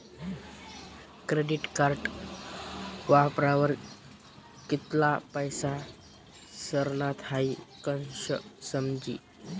credit card वापरावर कित्ला पैसा सरनात हाई कशं समजी